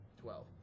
Twelve